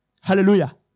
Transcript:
Hallelujah